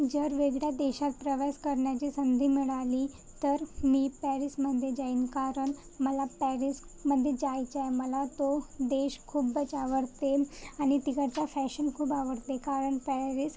जर वेगळ्या देशात प्रवास करण्याची संधी मिळाली तर मी पॅरिसमध्ये जाईन कारण मला पॅरिसमध्ये जायचं आहे मला तो देश खूपच आवडते आणि तिकडचा फॅशन खूप आवडते कारण पॅरिस